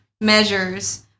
measures